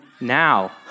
now